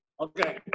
Okay